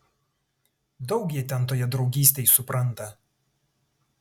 daug jie ten toje draugystėj supranta